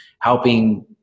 helping